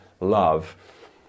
love